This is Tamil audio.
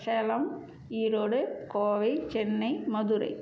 சேலம் ஈரோடு கோவை சென்னை மதுரை